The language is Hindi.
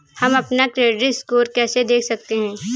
हम अपना क्रेडिट स्कोर कैसे देख सकते हैं?